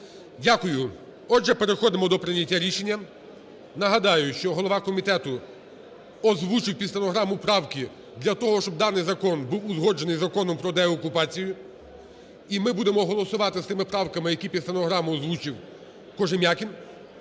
Дякую. Отже, переходимо до прийняття рішення. Нагадаю, що голова комітету озвучив під стенограму правки для того, щоб даний закон був узгоджений із Законом продеокупацію. І ми будемо голосувати з тими правками, які під стенограму озвучив Кожем'якін.